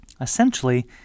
Essentially